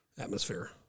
atmosphere